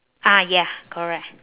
ah ya correct